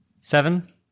seven